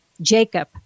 Jacob